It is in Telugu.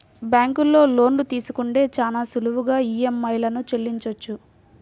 బ్యేంకులో లోన్లు తీసుకుంటే చాలా సులువుగా ఈఎంఐలను చెల్లించొచ్చు